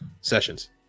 sessions